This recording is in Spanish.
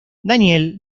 daniel